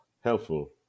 helpful